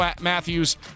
Matthews